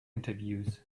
interviews